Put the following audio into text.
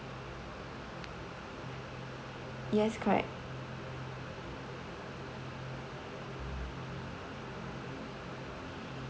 yes correct